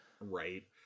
right